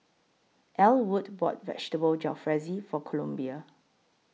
Ellwood bought Vegetable Jalfrezi For Columbia